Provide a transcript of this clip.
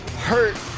hurt